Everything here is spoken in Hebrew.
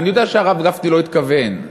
אני יודע שהרב גפני לא התכוון,